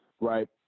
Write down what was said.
right